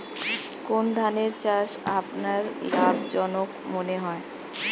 কোন ধানের চাষ আপনার লাভজনক মনে হয়?